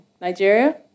nigeria